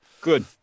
Good